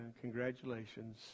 congratulations